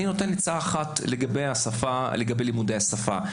אני נותן עצה אחת ללימודי השפה: